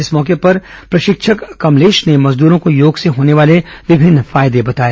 इस मौके पर योग प्रशिक्षक कमलेश ने मजदूरों को योग से होने वाले विमिन्न फायदे बताए